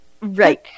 Right